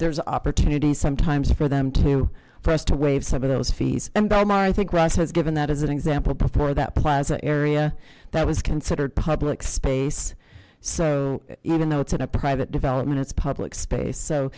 there is opportunity sometimes for them to press to waive some of those fees and i'm i think ross has given that as an example before that plaza area that was considered public space so even though it's in a private development it's public space so